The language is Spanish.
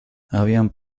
habían